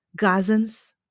gazans